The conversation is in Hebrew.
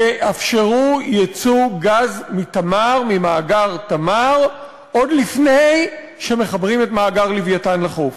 יאפשרו ייצוא גז ממאגר "תמר" עוד לפני שמחברים את מאגר "לווייתן" לחוף.